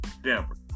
Denver